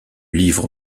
livre